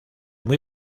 muy